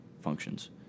functions